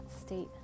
state